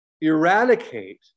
Eradicate